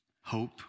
Hope